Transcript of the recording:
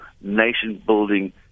nation-building